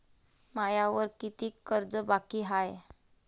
मायावर कितीक कर्ज बाकी हाय?